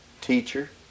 teacher